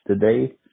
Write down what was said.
today